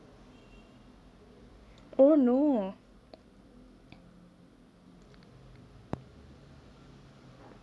oh no